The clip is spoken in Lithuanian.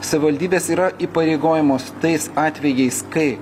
savivaldybės yra įpareigojamos tais atvejais kai